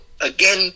again